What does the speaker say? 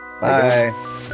bye